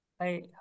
Hi